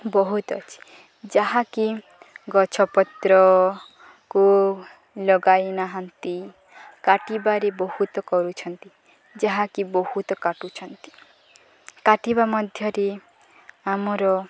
ବହୁତ ଅଛି ଯାହାକି ଗଛ ପତ୍ରକୁ ଲଗାଇ ନାହାନ୍ତି କାଟିବାରେ ବହୁତ କରୁଛନ୍ତି ଯାହାକି ବହୁତ କାଟୁଛନ୍ତି କାଟିବା ମଧ୍ୟରେ ଆମର